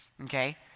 okay